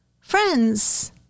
friends